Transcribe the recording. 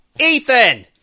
Ethan